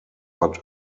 but